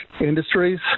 Industries